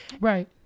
Right